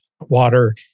water